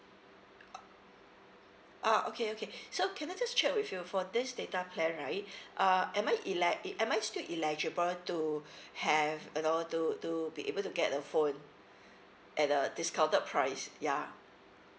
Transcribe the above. ah okay okay so can I just check with you for this data plan right uh am I eli~ am I still eligible to have you know to to be able to get a phone at a discounted price yeah